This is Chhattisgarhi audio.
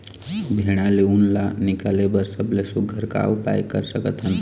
भेड़ा ले उन ला निकाले बर सबले सुघ्घर का उपाय कर सकथन?